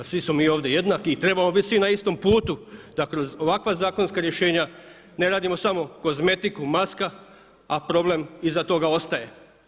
Svi smo mi ovdje jednaki i trebamo biti svi na istom putu da kroz ovakva zakonska rješenja ne radimo samo kozmetiku, masku a problem iza toga ostaje.